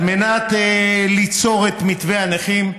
על מנת ליצור את מתווה הנכים,